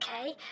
okay